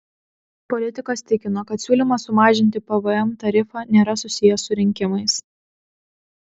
politikas tikino kad siūlymas sumažinti pvm tarifą nėra susijęs su rinkimais